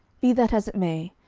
be that as it may,